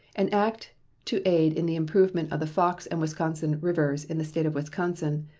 an act to aid in the improvement of the fox and wisconsin rivers, in the state of wisconsin,